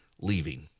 leaving